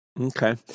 Okay